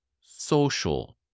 social